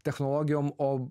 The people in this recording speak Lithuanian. technologijom o